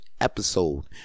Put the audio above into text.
episode